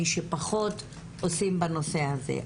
מי שפחות עושים בנושא הזה.